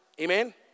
Amen